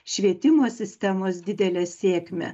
švietimo sistemos didelę sėkmę